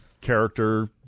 character